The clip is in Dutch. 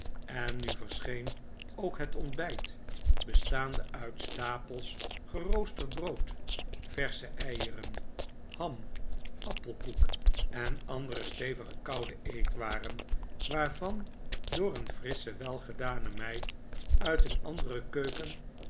en nu verscheen ook het ontbijt bestaande uit stapels geroosterd brood versche eieren ham appelkoek en andere stevige koude eetwaren waarvan door een frissche welgedane meid uit een andere keuken